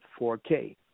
4K